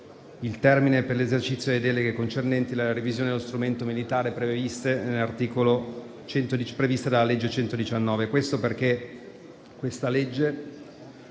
il termine per l'esercizio delle deleghe concernenti la revisione dello strumento militare, previste dalla legge n.